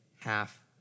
half